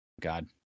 God